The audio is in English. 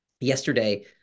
yesterday